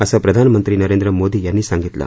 असं प्रधानमंत्री नरेंद्र मोदी यांनी सांगितलं